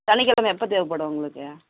சனிக்கெழமை எப்போ தேவைப்படும் உங்களுக்கு